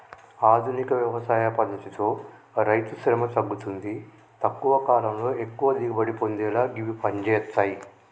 ఆధునిక వ్యవసాయ పద్దతితో రైతుశ్రమ తగ్గుతుంది తక్కువ కాలంలో ఎక్కువ దిగుబడి పొందేలా గివి పంజేత్తయ్